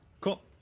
Cool